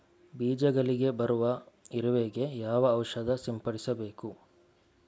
ಬೀಜಗಳಿಗೆ ಬರುವ ಇರುವೆ ಗೆ ಯಾವ ಔಷಧ ಸಿಂಪಡಿಸಬೇಕು?